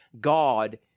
God